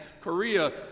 Korea